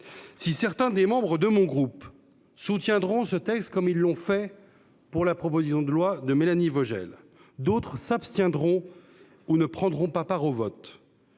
certains de ses membres soutiendront ce texte, comme ils l'ont fait pour la proposition de loi de Mélanie Vogel, quand d'autres s'abstiendront ou ne prendront pas part au vote,